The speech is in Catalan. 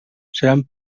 seran